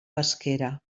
pesquera